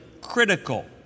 critical